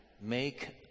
make